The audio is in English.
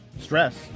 stress